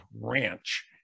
Ranch